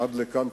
עד כאן.